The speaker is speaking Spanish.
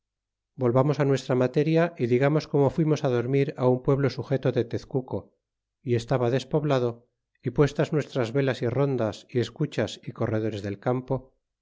volvamos nuestra materia y digamos como fuimos dormir á un pueblo sujeto de tez cuco y estaba despoblado y puestas nuestras velas y rondas y escuchas y corredores del campo